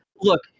look